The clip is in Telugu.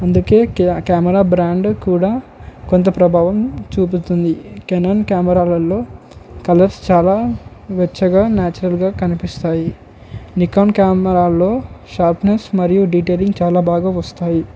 అందుకని క కెమెరా బ్రాండ్ కూడా కొంత ప్రభావం చూపుతుంది కెనాన్ కెమెరాలలో కలర్స్ చాలా వెచ్చగా న్యాచురల్గా కనిపిస్తాయి నికాన్ కెమెరాలలో షార్ప్నెస్ మరియు డీటైలింగ్ చాలా బాగా వస్తాయి